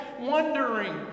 wondering